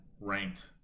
ranked